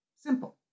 Simple